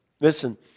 Listen